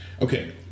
Okay